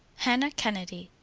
hannah kennedy,